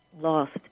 lost